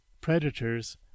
predators